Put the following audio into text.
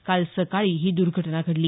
काल सकाळी ही दर्घटना घडली